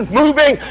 moving